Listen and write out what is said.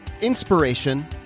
inspiration